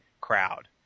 crowd